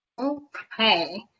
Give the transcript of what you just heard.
okay